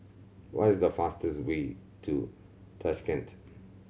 what is the fastest way to Tashkent